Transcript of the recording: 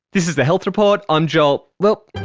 this is the health report, i'm joel, well,